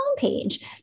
homepage